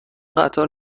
قطار